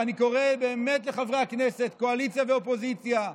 ואני קורא באמת לחברי הכנסת, קואליציה ואופוזיציה,